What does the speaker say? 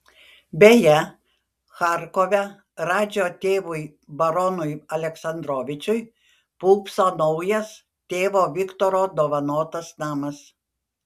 beje charkove radžio tėvui baronui aleksandrovičiui pūpso naujas tėvo viktoro dovanotas namas